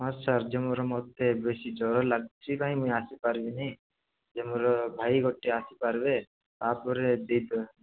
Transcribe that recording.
ହଁ ସାର୍ ଜମାରୁ ମୋତେ ବେଶୀ ଜ୍ଵର ଲାଗୁଛି କାହିଁ ମୁଁ ଆସିପାରିବିନି ଯେ ମୋର ଭାଇ ଗୋଟେ ଆସିପାରିବେ ତା'ପରେ ଦୁଇଟା